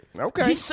Okay